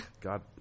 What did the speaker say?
God